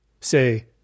Say